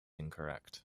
incorrect